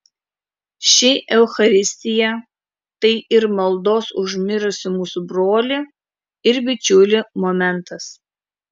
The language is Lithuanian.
ši eucharistija tai ir maldos už mirusį mūsų brolį ir bičiulį momentas